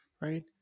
Right